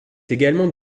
également